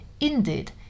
Indeed